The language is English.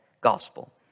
gospel